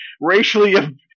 racially